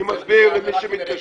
אני מסביר למי שמתקשה.